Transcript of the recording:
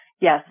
Yes